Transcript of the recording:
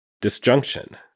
disjunction